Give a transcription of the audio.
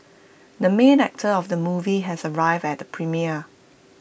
the main actor of the movie has arrived at premiere